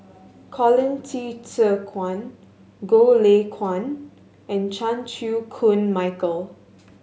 Colin Qi Zhe Kuan Goh Lay Kuan and Chan Chew Koon Michael